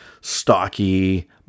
stocky